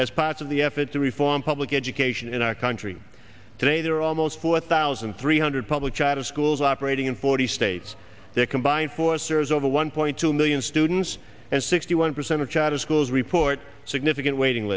as part of the effort to reform public education in our country today there are almost four thousand three hundred public charter schools operating in forty states that combine for serves over one point two million students and sixty one percent of charter schools report significant waiting